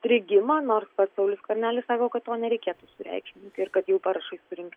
strigimą nors pats saulius skvernelis sako kad to nereikėtų sureikšmint ir kad jau parašai surinkti